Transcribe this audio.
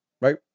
Right